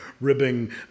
ribbing